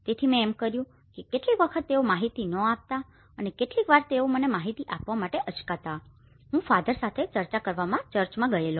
તેથી મેં એમ કર્યું કે કેટલીક વખત તેઓ માહિતી ન આપતા અને કેટલીક વાર તેઓ મને માહિતી આપવા માટે અચકાતા હતા હું ફાધર સાથે ચર્ચા કરવા ચર્ચમાં ગયેલો